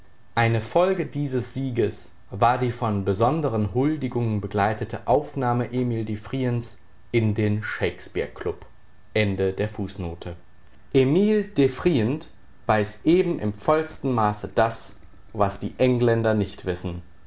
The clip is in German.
eine folge dieses sieges war die von besondern huldigungen begleitete aufnahme emil devrients in den shakespeare club weiß eben im vollsten maße das was die engländer nicht wissen